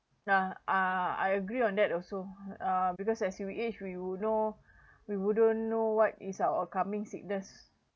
ah ah I agree on that also uh because as you age we would know we wouldn't know what is our upcoming sickness